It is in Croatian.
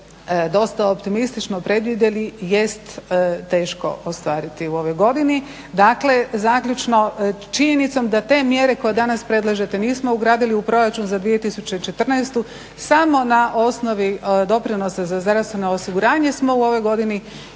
dosta optimistično predvidjeli jest teško ostvariti u ovoj godini. Dakle, zaključno činjenicom da te mjere koje danas predlažete nismo ugradili u proračun za 2014. samo na osnovi doprinosa za zdravstveno osiguranje smo u ovoj godini